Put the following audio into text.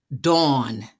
dawn